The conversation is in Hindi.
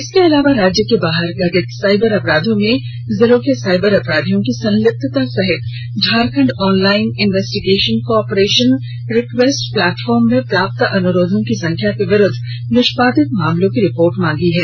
इसके अलावा राज्य के बाहर घटित साईबर अपराधों में जिले के साईबर अपराधियों की संलिप्तता सहित झारखण्ड ऑनलाइन इन्वेस्टिगेशन को ऑपरेशन रिक्वेस्ट प्लेटफॉर्म में प्राप्त अनुरोधों की संख्या के विरूद्व निष्पादित मामलों की रिपोर्ट मांगी है